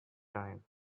time